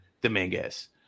Dominguez